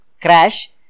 crash